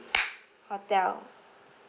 hotel